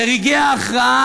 לרגעי ההכרעה,